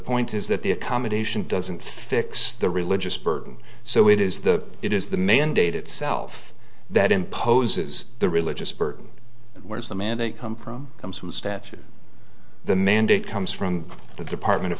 point is that the accommodation doesn't fix the religious burden so it is the it is the mandate itself that imposes the religious burden whereas the mandate come from comes from statute the mandate comes from the department of